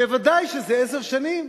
ודאי שזה עשר שנים,